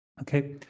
Okay